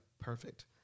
perfect